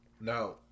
Now